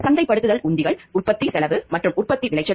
சந்தைப்படுத்தல் உத்திகள் உற்பத்தி செலவு மற்றும் உற்பத்தி விளைச்சல்